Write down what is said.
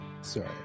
Sorry